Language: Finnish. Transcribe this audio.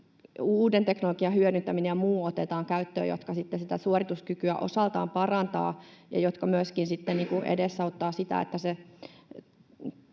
uuden teknologian hyödyntäminen ja muu, jotka sitten sitä suorituskykyä osaltaan parantavat ja jotka myöskin edesauttavat sitä, että sen